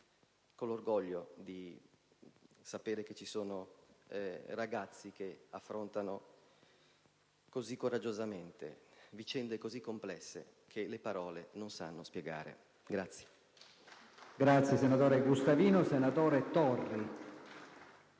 con l'orgoglio di sapere che ci sono ragazzi che affrontano così coraggiosamente vicende così complesse che le parole non sanno spiegare.